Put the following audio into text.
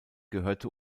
gehörte